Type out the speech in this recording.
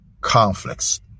conflicts